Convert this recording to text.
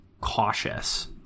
cautious